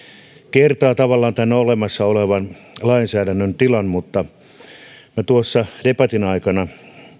kertaa tavallaan tämän olemassa olevan lainsäädännön tilan no tuossa debatin aikana